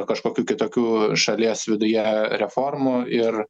kažkokių kitokių šalies viduje reformų ir